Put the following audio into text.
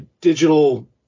digital